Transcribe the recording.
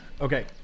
Okay